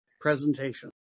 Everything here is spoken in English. presentation